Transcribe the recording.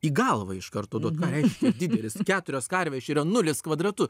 į galvą iš karto duot ką reiškia didelis keturios karvės čia yra nulis kvadratu